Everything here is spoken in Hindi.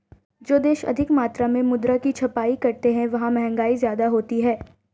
जो देश अधिक मात्रा में मुद्रा की छपाई करते हैं वहां महंगाई ज्यादा होती है